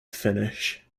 finnish